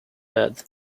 bad